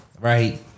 right